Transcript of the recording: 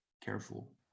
careful